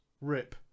Rip